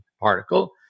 particle